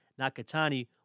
Nakatani